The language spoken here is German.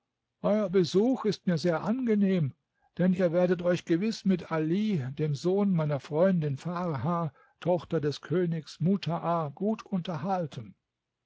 euer besuch ist mir sehr angenehm denn ihr werdet euch gewiß mit ali dem sohn meiner freundin farha tochter des königs mutaa gut unterhalten